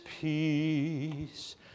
peace